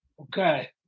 Okay